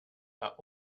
are